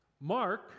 Mark